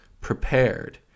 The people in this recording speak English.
prepared